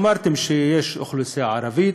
אמרתם שיש אוכלוסייה ערבית,